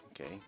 okay